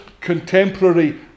contemporary